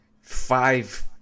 five